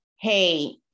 hey